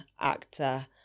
actor